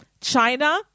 China